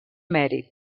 mèrit